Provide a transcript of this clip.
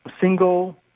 Single